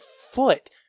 foot